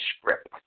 script